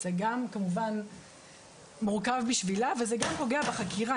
זה גם כמובן מורכב בשבילה וזה גם פוגע בחקירה.